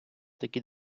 такі